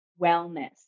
wellness